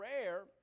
rare